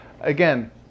again